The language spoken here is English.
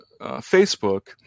Facebook